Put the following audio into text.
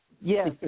Yes